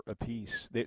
apiece